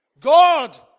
God